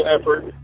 effort